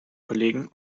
kollegen